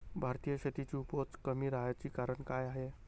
भारतीय शेतीची उपज कमी राहाची कारन का हाय?